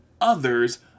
others